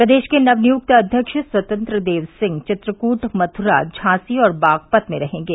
प्रदेश के नव नियुक्त अध्यक्ष स्वतंत्र देव सिंह चित्रकूट मथ्रा झांसी और बागपत में रहेंगे